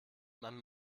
man